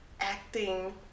acting